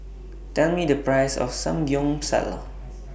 Tell Me The Price of Samgyeopsal